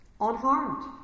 unharmed